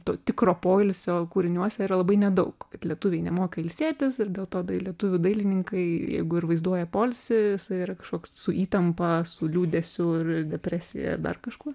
to tikro poilsio kūriniuose yra labai nedaug kad lietuviai nemoka ilsėtis ir dėl to tai lietuvių dailininkai jeigu ir vaizduoja poilsis yra kažkoks su įtampa su liūdesiu ir depresija dar kažkur